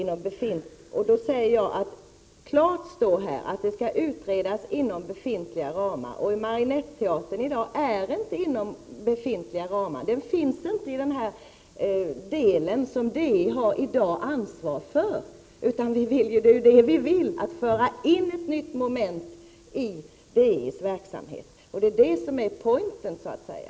Det står klart och tydligt att verksamheten skall fortsätta inom befintliga ramar. Marionetteatern finns inte i de befintliga ramarna. Den ingår inte i DI:s ansvarsområde. Det är ju det vi önskar. Detta skall bli ett nytt moment i DI:s verksamhet. Det är det som är ”pointen” så att säga.